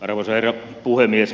arvoisa herra puhemies